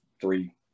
three